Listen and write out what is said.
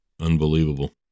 Unbelievable